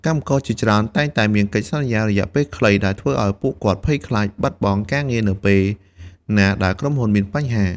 កម្មករជាច្រើនតែងតែមានកិច្ចសន្យារយៈពេលខ្លី ដែលធ្វើឱ្យពួកគាត់ភ័យខ្លាចបាត់បង់ការងារនៅពេលណាដែលក្រុមហ៊ុនមានបញ្ហា។